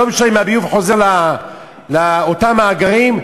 ולא משנה אם הביוב חוזר לאותם מאגרים,